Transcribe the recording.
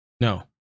No